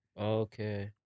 Okay